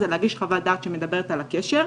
זה להגיש חוות דעת שמדברת על הקשר,